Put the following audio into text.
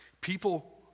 People